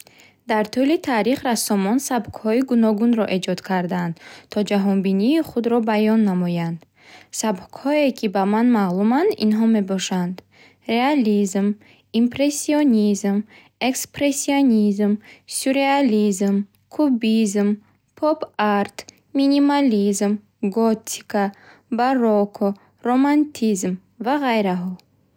Дар тӯли таърих рассомон сабкҳои гуногунро эҷод кардаанд, то ҷаҳонбинии худро баён намоянд. Сабкҳое ки ба ман маълуманд инҳо мебошанд: реализм, импрессионизм, экспрессионизм, сюрреализм, кубизм, поп-арт, минимализм, готика, барокко, романтизм ва ғайраҳо.